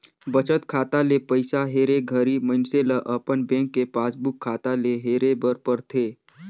बचत खाता ले पइसा हेरे घरी मइनसे ल अपन बेंक के पासबुक खाता ले हेरे बर परथे